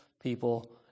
people